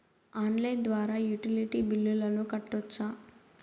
Online ద్వారా utility బిల్లులను కట్టొచ్చా?